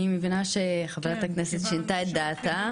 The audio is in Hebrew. אני מבינה שחה"כ שינתה את דעתה.